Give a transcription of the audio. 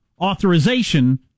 authorization